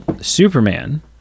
Superman